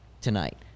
tonight